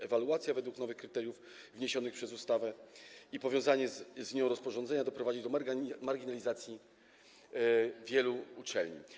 Ewaluacja według nowych kryteriów wniesionych przez ustawę i powiązanie z nią rozporządzenia doprowadzi do marginalizacji wielu uczelni.